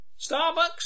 Starbucks